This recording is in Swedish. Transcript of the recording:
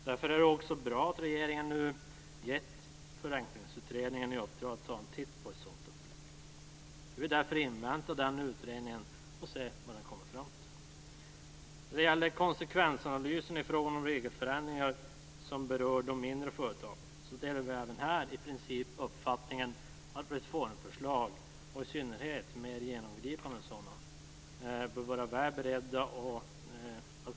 Därför är det också bra att regeringen nu givit Förenklingsutredningen i uppdrag att ta en titt på ett sådant upplägg. Vi vill invänta den utredningen och se vad den kommer fram till. Också när det gäller konsekvensanalysen i fråga om regelförändringar som berör de mindre företagen delar vi i princip uppfattningen att reformförslag, och i synnerhet mer genomgripande sådana, bör vara väl beredda.